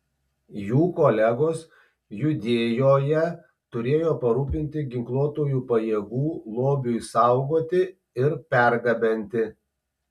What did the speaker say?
jų kolegos judėjoje turėjo parūpinti ginkluotųjų pajėgų lobiui saugoti ir pergabenti